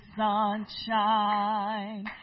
sunshine